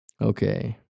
Okay